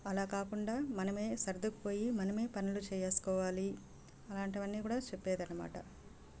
అలా కాకుండా మనమే సర్దుకుపోయి మనమే పనులు చేసుకోవాలి ఆలాంటివన్నీ కూడా చెప్పేదన్నమాట